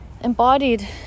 embodied